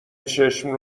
چشم